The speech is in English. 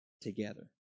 together